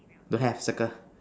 don't have circle